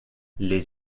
les